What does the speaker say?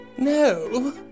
No